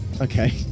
Okay